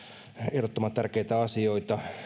ehdottoman tärkeitä asioita